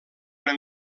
una